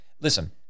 Listen